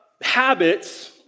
habits